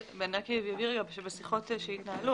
בשיחות שהתנהלו,